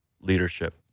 leadership